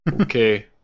Okay